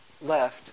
left